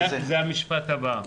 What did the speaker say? זה המשפט הבא.